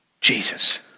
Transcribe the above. Jesus